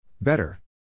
Better